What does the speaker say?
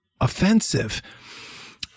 offensive